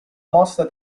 mossa